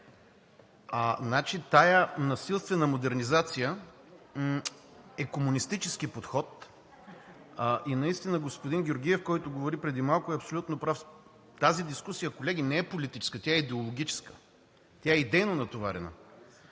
Тази дискусия, колеги, не е политическа, тя е идеологическа – тя е идейно натоварена.